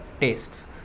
tastes